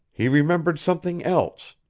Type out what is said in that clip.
he remembered something else.